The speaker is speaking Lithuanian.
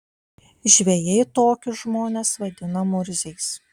žvejai tokius žmones vadina murziais